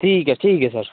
ठीक है ठीक है सर